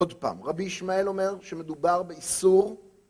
עוד פעם, רבי ישמעאל אומר שמדובר באיסור